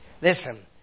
Listen